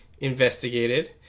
investigated